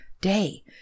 day